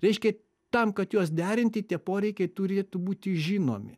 reiškia tam kad juos derinti tie poreikiai turėtų būti žinomi